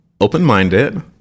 open-minded